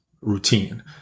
routine